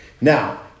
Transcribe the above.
Now